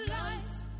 life